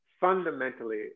fundamentally